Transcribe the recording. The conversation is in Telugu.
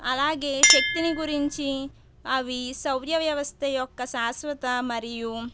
అలాగే శక్తిని గురించి అవి సౌర వ్యవస్థ యొక్క శాశ్వత మరియు